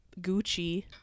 gucci